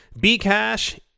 Bcash